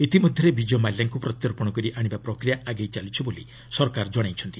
ଇତିମଧ୍ୟରେ ବିଜୟ ମାଲ୍ୟାଙ୍କୁ ପ୍ରତ୍ୟର୍ପଣ କରି ଆଶିବା ପ୍ରକ୍ରିୟା ଆଗେଇ ଚାଲିଛି ବୋଲି ସରକାର କହିଛନ୍ତି